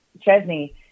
Chesney